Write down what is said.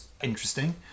interesting